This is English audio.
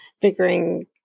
figuring